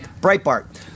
Breitbart